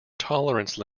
tolerance